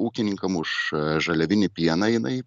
ūkininkam už žaliavinį pieną jinai